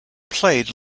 played